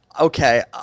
Okay